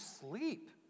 sleep